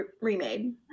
remade